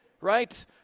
right